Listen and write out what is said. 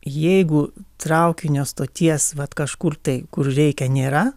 jeigu traukinio stoties vat kažkur tai kur reikia nėra